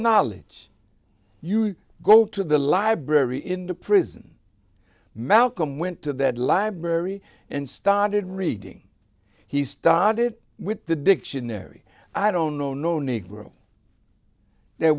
knowledge you go to the library in the prison malcolm went to that library and started reading he started with the dictionary i don't know no negro that